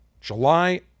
July